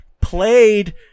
played